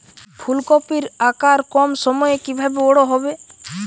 ফুলকপির আকার কম সময়ে কিভাবে বড় হবে?